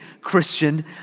Christian